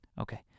Okay